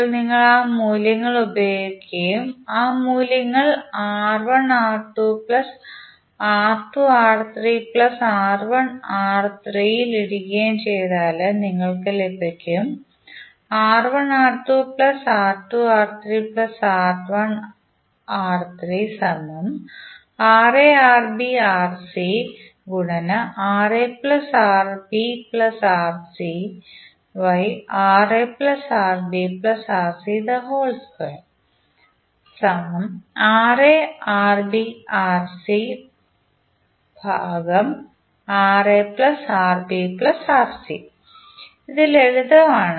ഇപ്പോൾ നിങ്ങൾ ആ മൂല്യങ്ങൾ ഉപയോഗിക്കുകയും ആ മൂല്യങ്ങൾ ൽ ഇടുകയും ചെയ്താൽ നിങ്ങൾക്ക് ലഭിക്കും ഇത് ലളിതമാണ്